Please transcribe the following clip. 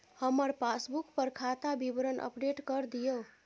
हमर पासबुक पर खाता विवरण अपडेट कर दियो